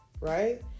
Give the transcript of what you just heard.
right